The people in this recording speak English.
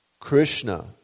Krishna